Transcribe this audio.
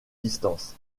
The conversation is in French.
distance